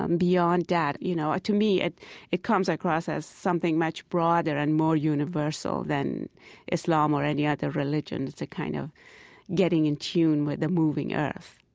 um beyond that, you know, to me, it it comes across as something much broader and more universal than islam or any other religion. it's a kind of getting in tune with the moving earth